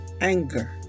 Anger